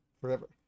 forever